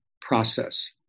Process